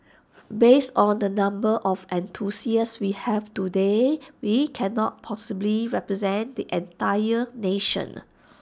based on the number of enthusiasts we have today we cannot possibly represent the entire nation